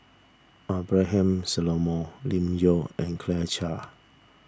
Abraham Solomon Lim Yau and Claire Chiang